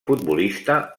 futbolista